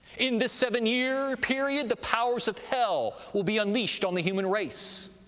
in this seven-year period the powers of hell will be unleashed on the human race.